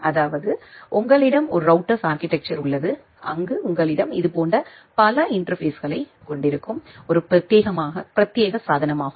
அதாவது உங்களிடம் ஒரு ரௌட்டர்ஸ் ஆர்கிடெக்சர் உள்ளது அங்கு உங்களிடம் இதுபோன்ற பல இன்டர்பேஸ்களைக் கொண்டு இருக்கும் ஒரு பிரத்யேக சாதனமாகும்